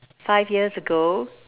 five years ago